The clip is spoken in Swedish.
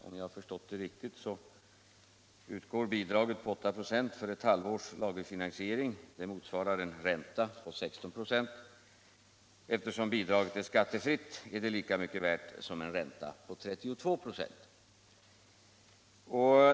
Om jag förstår det riktigt utgår bidraget på 8 96 för ett halvårs lagerfinansiering. Det motsvarar en ränta på 16 26. Eftersom bidraget är skattefritt är det lika mycket värt som en ränta på 32 96.